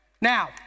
Now